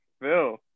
Phil